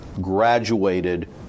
graduated